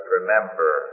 Remember